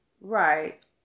Right